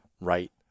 right